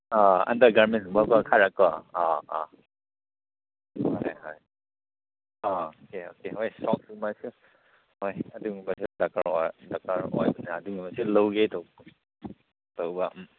ꯑꯥ ꯑꯟꯗꯔꯒꯥꯔꯃꯦꯟꯒꯨꯝꯕ ꯈꯔꯀꯣ ꯑꯥ ꯑꯥ ꯍꯣꯏ ꯍꯣꯏ ꯑꯥ ꯑꯣꯀꯦ ꯑꯣꯀꯦ ꯍꯣꯏ ꯁꯣꯛꯁꯀꯨꯝꯕꯁꯨ ꯍꯣꯏ ꯑꯗꯨꯒꯨꯝꯕꯁꯨ ꯗꯔꯀꯥꯔ ꯑꯣꯏꯕꯅꯦ ꯑꯗꯨꯒꯨꯝꯕꯁꯨ ꯂꯧꯒꯦ ꯇꯧꯕ